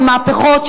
למהפכות,